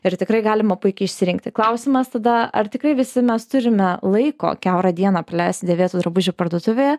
ir tikrai galima puikiai išsirinkti klausimas tada ar tikrai visi mes turime laiko kiaurą dieną praleisti dėvėtų drabužių parduotuvėje